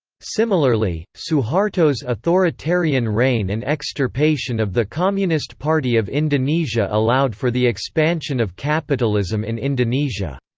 similarly, suharto's authoritarian reign and extirpation of the communist party of indonesia allowed for the expansion of capitalism in indonesia.